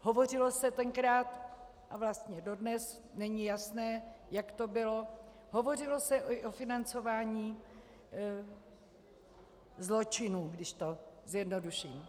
Hovořilo se tenkrát, a vlastně dodnes není jasné, jak to bylo, hovořilo se i o financování zločinu, když to zjednoduším.